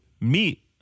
meet